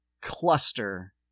cluster